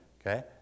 Okay